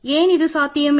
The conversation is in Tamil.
ஏன் இது சாத்தியமில்லை